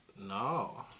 No